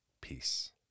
Peace